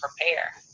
prepare